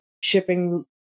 shipping